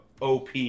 OP